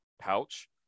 pouch